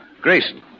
Grayson